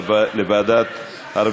לוועדת העבודה,